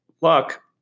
Luck